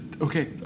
Okay